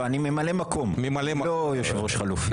לא, אני ממלא מקום, לא יושב ראש חלופי.